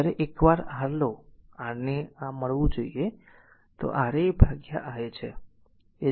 તેથી જ્યારે એકવાર R લો Ra ને આ મળવું જોઈએ એ એ Ra ભાગ્યા a છે